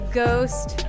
ghost